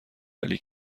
ولی